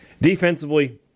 Defensively